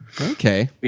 okay